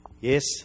Yes